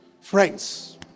Friends